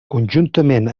conjuntament